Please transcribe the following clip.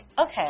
Okay